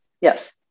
yes